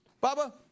Baba